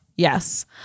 Yes